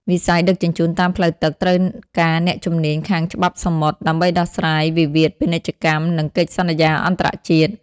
វិស័យដឹកជញ្ជូនតាមផ្លូវទឹកត្រូវការអ្នកជំនាញខាងច្បាប់សមុទ្រ ដើម្បីដោះស្រាយវិវាទពាណិជ្ជកម្ម និងកិច្ចសន្យាអន្តរជាតិ។